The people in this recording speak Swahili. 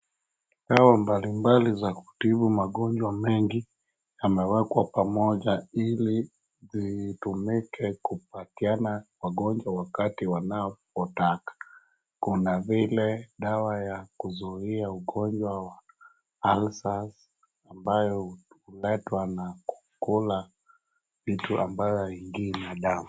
Dawa mbali mbali za kutibu magonjwa mengi yamewekwa pamoja ili zitumike kupatiana wagonjwa wakati wanapotaka. Kuna vile dawa ya kuzuia ugonjwa wa [cs ulcers ambayo huletwa na kuakula vitu ambayo haiingii na dawa.